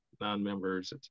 non-members